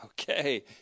Okay